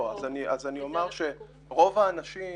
אני אומר שרוב האנשים,